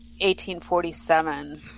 1847